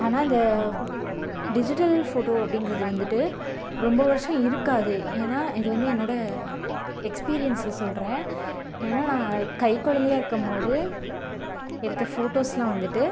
ஆனால் இந்த digital photo அப்படிங்குறது வந்துட்டு ரொம்ப வருடம் இருக்காது ஏனால் இது வந்து என்னோடய எக்ஸ்பீரியன்ஸில் சொல்கிறேன் ஏனால் நான் கைக்குழந்தையாருக்கும் போது எடுத்த ஃபோட்டோஸ்லாம் வந்துட்டு